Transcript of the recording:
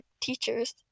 teachers